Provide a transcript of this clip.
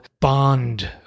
bond